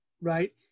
right